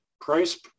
price